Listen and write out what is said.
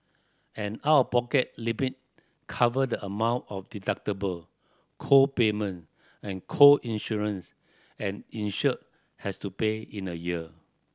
an out of pocket limit cover the amount of deductible co payment and co insurance an insured has to pay in a year